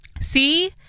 See